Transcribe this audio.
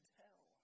tell